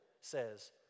says